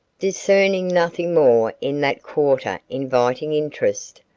discerning nothing more in that quarter inviting interest,